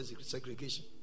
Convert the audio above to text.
segregation